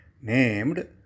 named